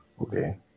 Okay